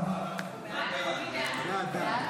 הצבעה.